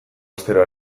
astero